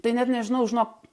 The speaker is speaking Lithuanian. tai net nežinau žinok